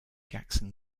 jackson